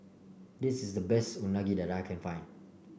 this is the best that I can find